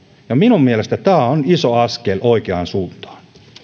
ja minun mielestäni tämä on iso askel oikeaan suuntaan